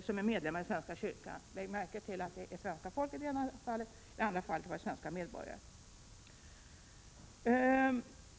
som är medlemmar i svenska kyrkan. Lägg märke till att det gällde svenska folket i det här fallet. I det andra fallet var det svenska medborgare.